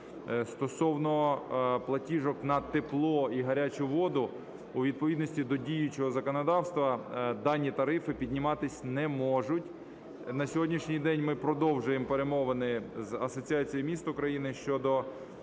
Стосовно платіжок на тепло і гарячу воду, у відповідності до діючого законодавства, дані тарифи підніматися не можуть. На сьогоднішній день ми продовжуємо перемовини з Асоціацією міст України щодо